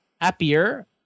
Happier